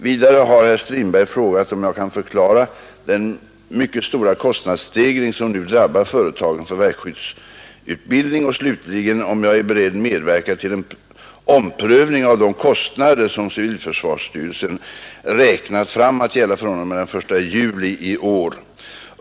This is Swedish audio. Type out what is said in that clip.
Vidare har herr Strindberg frågat om jag kan förklara den mycket stora kostnadsstegring som nu drabbar företagen för verkskyddsutbildning och slutligen om jag är beredd medverka till en omprövning av de kostnader som civilförsvarsstyrelsen räknat fram att gälla fr.o.m. den 1 juli 1971.